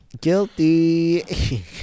guilty